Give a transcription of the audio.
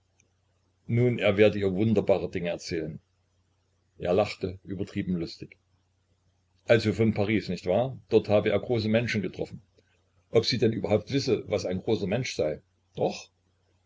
nun er werde ihr wunderbare dinge erzählen er lachte übertrieben lustig also von paris nicht wahr dort habe er große menschen getroffen ob sie denn überhaupt wisse was ein großer mensch sei doch